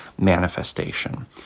manifestation